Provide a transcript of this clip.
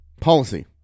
policy